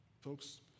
folks